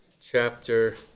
chapter